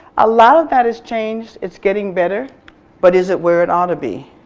a lot of that has changed. it's getting better but is it where it ought to be?